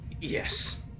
Yes